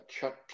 Chuck